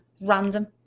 random